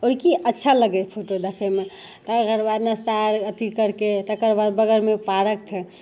आओरकि अच्छा लगै छै फोटो देखैमे तऽ ओकर बादमे नाश्ता आओर अथी करिके तकरबाद बगलमे पार्क छै